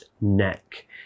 neck